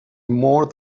more